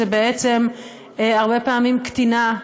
זו בעצם הרבה פעמים קטינה,